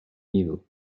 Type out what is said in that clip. evil